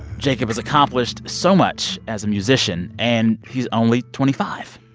jacob has accomplished so much as a musician, and he's only twenty five.